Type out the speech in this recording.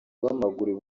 rw’amaguru